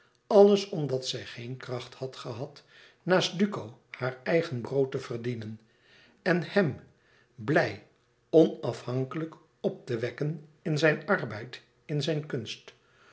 alles omdat zij geen kracht had gehad naast duco haar eigen brood te verdienen en hem blij onafhankelijk op te wekken in zijn arbeid in zijn kunst